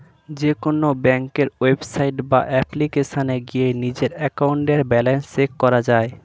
যেকোনো ব্যাংকের ওয়েবসাইট বা অ্যাপ্লিকেশনে গিয়ে নিজেদের অ্যাকাউন্টের ব্যালেন্স চেক করা যায়